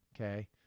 Okay